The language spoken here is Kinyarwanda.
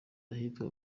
ahitwa